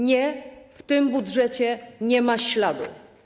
Nie, w tym budżecie nie ma ich śladu.